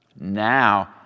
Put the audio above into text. now